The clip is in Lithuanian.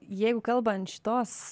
jeigu kalbant šitos